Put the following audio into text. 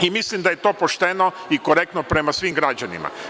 I, mislim da je to pošteno i korektno prema svim građanima.